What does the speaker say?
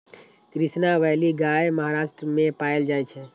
Krishna valley गाय महाराष्ट्र मे पाएल जाइ छै